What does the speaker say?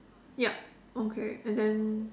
yup okay and then